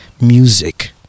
music